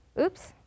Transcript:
oops